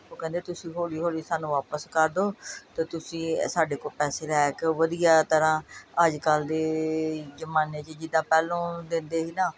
ਉਹ ਕਹਿੰਦੇ ਤੁਸੀਂ ਹੌਲੀ ਹੌਲੀ ਸਾਨੂੰ ਵਾਪਸ ਕਰ ਦਿਓ ਅਤੇ ਤੁਸੀਂ ਸਾਡੇ ਕੋਲ ਪੈਸੇ ਲੈ ਕੇ ਵਧੀਆ ਤਰ੍ਹਾਂ ਅੱਜ ਕੱਲ੍ਹ ਦੇ ਜ਼ਮਾਨੇ 'ਚ ਜਿੱਦਾਂ ਪਹਿਲਾਂ ਦਿੰਦੇ ਸੀ ਨਾ